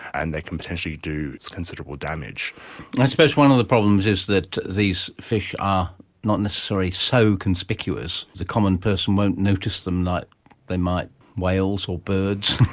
and they can potentially do considerable damage. i suppose one of the problems is that these fish are not necessarily so conspicuous, the common person won't notice them like they might whales or birds.